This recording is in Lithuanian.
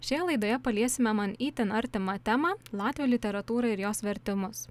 šioje laidoje paliesime man itin artimą temą latvių literatūrą ir jos vertimus